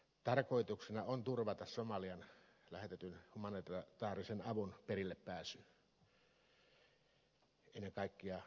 tarkoituksena on turvata somaliaan lähetetyn humanitaarisen avun perillepääsy ennen kaikkea ruokakuljetukset